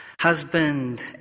Husband